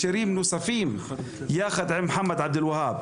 שירים נוספים עם מוחמד עבד אל ווהאב